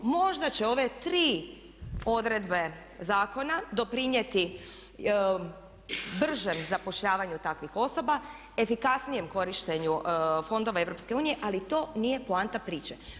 Možda će ove tri odredbe zakona doprinijeti bržem zapošljavanja takvih osoba, efikasnijem korištenju fondova EU ali to nije poanta priče.